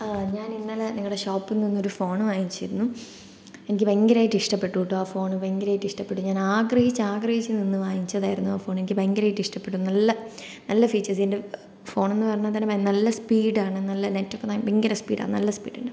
ഞാൻ ഇന്നലെ നിങ്ങടെ ഷോപ്പിൽ നിന്ന് ഒരു ഫോണ് വാങ്ങിച്ചിരുന്നു എനിക്ക് ഭയങ്കരമായിട്ട് ഇഷ്ടപ്പെട്ടുട്ടോ ആ ഫോണ് ഭയങ്കരമായിട്ട് ഇഷ്ടപ്പെട്ടു ഞാൻ ആഗ്രഹിച്ച് ആഗ്രഹിച്ചു നിന്നു വാങ്ങിച്ചതായിരുന്നു ആ ഫോണ് എനിക്ക് ഭയങ്കരമായിട്ട് ഇഷ്ടപ്പെട്ടു നല്ല നല്ല ഫീച്ചേഴ്സ് ഇതിൻ്റെ ഫോൺ എന്ന് പറഞ്ഞാൽ തന്നെ നല്ല സ്പീഡാണ് നല്ല നെറ്റൊക്കെ ഭയങ്കര സ്പീഡാണ് നല്ല സ്പീഡ് ഉണ്ട്